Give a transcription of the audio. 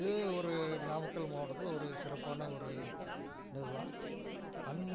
இது ஒரு நாமக்கல் மாவட்டத்தில் ஒரு சிறப்பான ஒரு இது தான் அன்